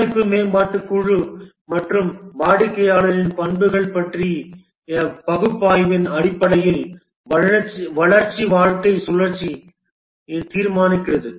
தயாரிப்பு மேம்பாட்டுக் குழு மற்றும் வாடிக்கையாளரின் பண்புகள் பற்றிய பகுப்பாய்வின் அடிப்படையில் வளர்ச்சி வாழ்க்கைச் சுழற்சி தீர்மானிக்கப்படுகிறது